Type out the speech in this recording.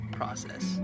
process